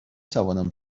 توانم